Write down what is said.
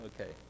Okay